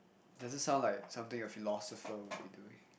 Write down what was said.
doesn't sound like something a philosopher would be doing